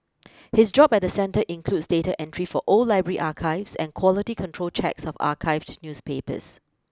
his job at the centre includes data entry for old library archives and quality control checks of archived newspapers